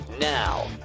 now